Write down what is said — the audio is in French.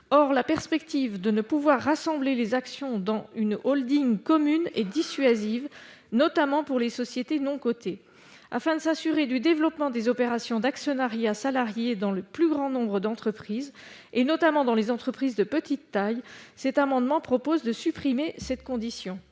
Or la perspective de ne pouvoir rassembler les actions dans une holding commune est dissuasive, notamment pour les sociétés non cotées. Afin de s'assurer du développement des opérations d'actionnariat salarié dans le plus grand nombre d'entreprises, notamment dans des entreprises de petite taille, cet amendement vise à supprimer cette condition.